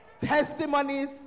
testimonies